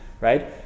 Right